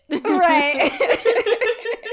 right